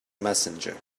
messenger